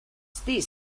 this